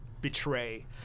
betray